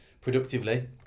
productively